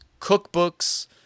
cookbooks